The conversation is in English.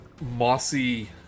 mossy